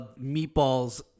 meatballs